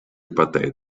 partei